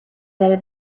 better